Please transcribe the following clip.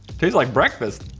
tastes like breakfast,